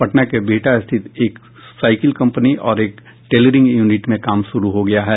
पटना के बिहटा स्थित एक साईकिल कंपनी और एक टेलरिंग यूनिट में काम शूरू हो गया है